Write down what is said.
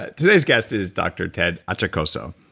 today's guest is dr. ted achacoso,